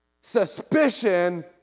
suspicion